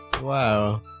wow